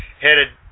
headed